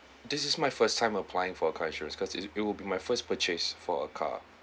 this is my first time applying for car insurance because it's it will be my first purchase for a car